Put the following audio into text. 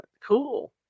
cool